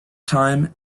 time